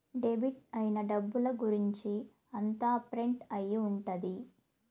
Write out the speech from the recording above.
debit అయిన డబ్బుల గురుంచి అంతా ప్రింట్ అయి ఉంటది